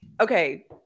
okay